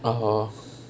(uh huh)